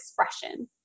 expression